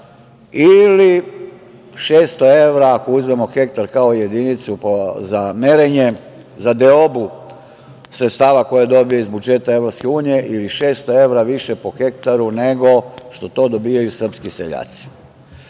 ili 600 evra ako uzmemo hektar kao jedinicu za merenje za deobu sredstava koje dobija iz budžeta EU ili 600 evra više po hektaru više nego što to dobijaju srpski seljaci. Recimo,